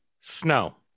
Snow